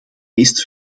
meest